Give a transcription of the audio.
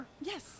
Yes